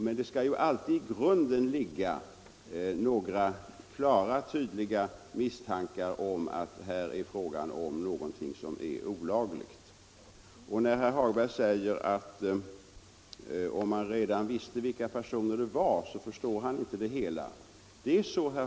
Men det skall alltid i grunden ligga klara misstankar om något olagligt. Herr Hagberg säger att om man redan visste vilka personer det rörde sig om förstår han inte det hela.